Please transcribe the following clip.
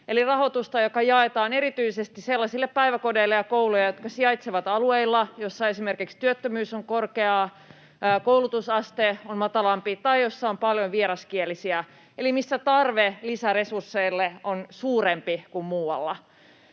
eli rahoitusta, joka jaetaan erityisesti sellaisille päiväkodeille ja kouluille, jotka sijaitsevat alueilla, joilla esimerkiksi työttömyys on korkeaa, koulutusaste on matalampi tai joilla on paljon vieraskielisiä eli joilla tarve lisäresursseille on suurempi kuin muualla.